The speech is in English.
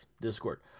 discord